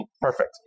perfect